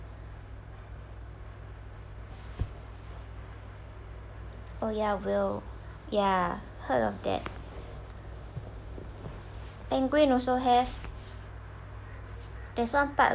oh ya whale ya heard of that penguin also have there's one part